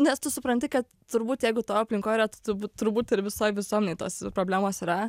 nes tu supranti kad turbūt jeigu tavo aplinkoj yra tu turbūt ir visoj visuomenėj tos problemos yra